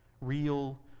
Real